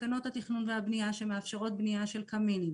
תקנות התכנון והבנייה שמאפשרות בנייה של קמינים,